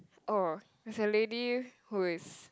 oh there's a lady who is